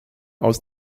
aus